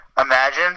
Imagine